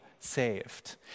saved